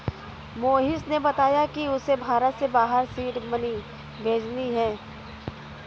मोहिश ने बताया कि उसे भारत से बाहर सीड मनी भेजने हैं